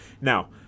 Now